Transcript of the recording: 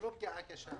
לפי העניין,